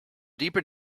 deeper